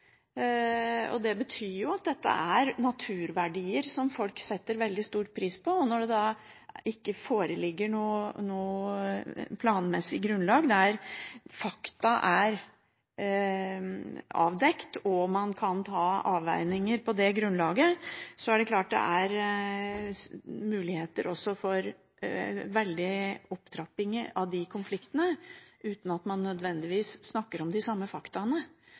Det betyr at dette er naturverdier som folk setter veldig stor pris på. Når det ikke foreligger noe planmessig grunnlag der fakta er avdekt og man kan ta avveininger på det grunnlaget, er det klart det er mulighet for veldige opptrappinger av disse konfliktene, uten at man nødvendigvis snakker om de samme faktaene.